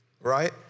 right